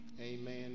Amen